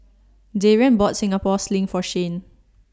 Darrian bought Singapore Sling For Shane